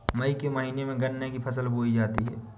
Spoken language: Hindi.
मई के महीने में गन्ना की फसल बोई जाती है